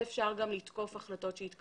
זה על פי דין ואז אפשר גם לתקוף החלטות שהתקבלו.